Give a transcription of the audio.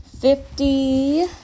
Fifty